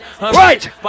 right